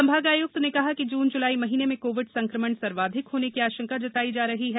संभाग आयुक्त ने कहा कि जून जूलाई महीने में कोविड संक्रमण सर्वाधिक होने की आशंका जताई जा रही है